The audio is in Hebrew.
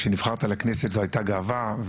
כשנבחרת לכנסת זו הייתה גאווה,